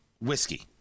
whiskey